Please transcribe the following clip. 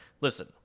listen